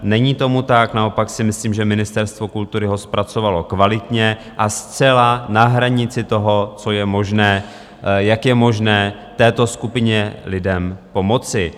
Není tomu tak, naopak si myslím, že Ministerstvo kultury ho zpracovalo kvalitně a zcela na hranici toho, co je možné, jak je možné této skupině lidem pomoci.